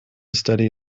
study